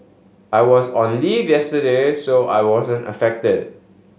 I was on leave yesterday so I wasn't affected